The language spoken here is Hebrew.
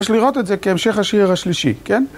יש לראות את זה כהמשך השיר השלישי, כן?